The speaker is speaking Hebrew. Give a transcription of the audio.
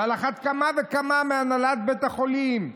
ועל אחת כמה וכמה מהנהלת בית החולים,